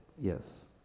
yes